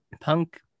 punk